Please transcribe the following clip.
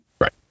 Right